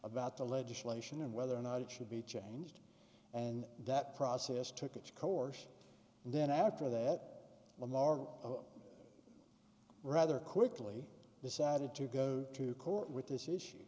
about the legislation and whether or not it should be changed and that process took its coercion and then after that a large rather quickly decided to go to court with this issue